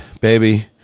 Baby